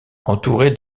entourée